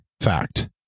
fact